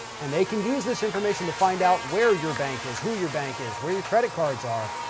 and they can use this information to find out where your bank is, who your bank is, where your credit cards are.